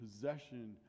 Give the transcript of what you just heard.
possession